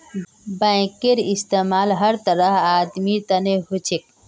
बैंकेर इस्तमाल हर तरहर आदमीर तने हो छेक